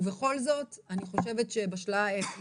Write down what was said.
ובכל זאת, אני חושבת שבשלה העת.